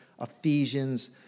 Ephesians